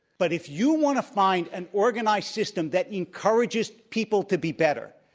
but if you want to find an organized system that encourages people to be better,